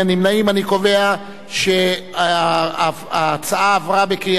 אני קובע שההצעה עברה בקריאה שנייה.